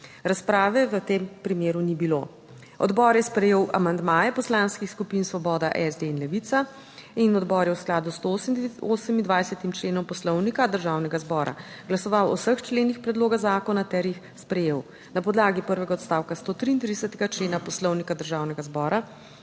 Razprave v tem primeru ni bilo. Odbor je sprejel amandmaje Poslanskih skupin Svoboda, SD in Levica in odbor je v skladu z 128. členom Poslovnika Državnega zbora glasoval o vseh členih predloga zakona ter jih sprejel. Na podlagi prvega odstavka 133. člena Poslovnika Državnega zbora